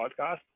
podcast